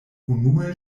unue